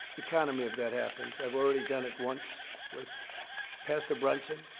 economy if that happens. i've already done it once, with pastor brunson.